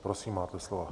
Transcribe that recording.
Prosím, máte slovo.